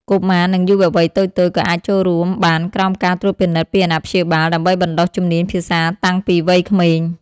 កុមារ និងយុវវ័យតូចៗ ក៏អាចចូលរួមបានក្រោមការត្រួតពិនិត្យពីអាណាព្យាបាល ដើម្បីបណ្ដុះជំនាញភាសាតាំងពីវ័យក្មេង។